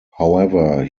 however